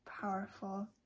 powerful